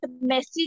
message